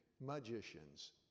magicians